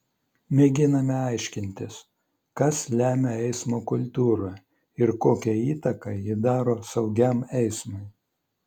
mėginame aiškintis kas lemia eismo kultūrą ir kokią įtaką ji daro saugiam eismui